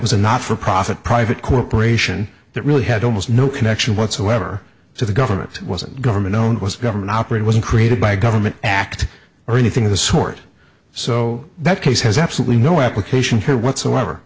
was a not for profit private corporation that really had almost no connection whatsoever to the government it wasn't government owned was government operated was created by a government act or anything of the sort so that case has absolutely no application here whatsoever